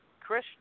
Chris